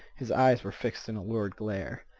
his eyes were fixed in a lurid glare.